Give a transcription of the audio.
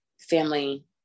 family